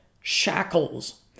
shackles